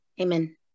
Amen